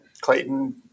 Clayton